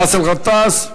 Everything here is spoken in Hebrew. באסל גטאס,